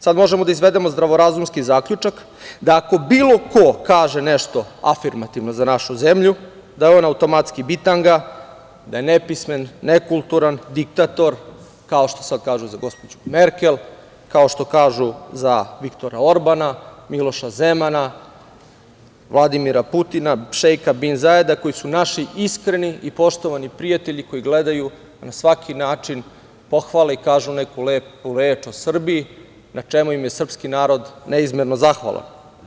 Sada možemo da izvedemo zdravorazumski zaključak da ako bilo ko kaže nešto afirmativno za našu zemlju, da je on automatski bitanga, da je nepismen, nekulturan, diktator, kao što sada kažu za gospođu Merkel, kao što kažu za Viktora Orbana, Miloša Zemana, Vladimira Putina, šeika Bin Zaeda, koji su naši iskreni i poštovani prijatelji koji gledaju da na svaki način pohvale i kažu neku lepu reč o Srbiji, na čemu im je srpski narod neizmerno zahvalan.